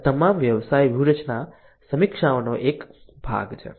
આ તમામ વ્યવસાય વ્યૂહરચના સમીક્ષાનો એક ભાગ છે